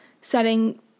setting